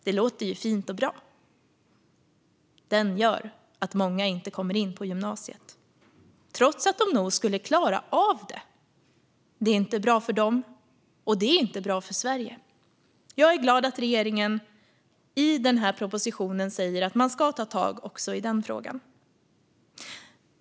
Det låter ju fint och bra, men den gör att många inte kommer in på gymnasiet trots att de nog skulle klara av det. Det är inte bra för dem, och det är inte bra för Sverige. Jag är glad att regeringen i den här propositionen säger att man ska ta tag också i den frågan.